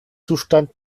zustand